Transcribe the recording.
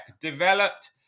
developed